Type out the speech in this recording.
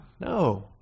No